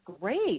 great